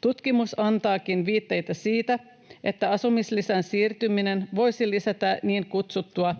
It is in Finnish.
Tutkimus antaakin viitteitä siitä, että asumislisän siirtyminen voisi lisätä niin kutsutussa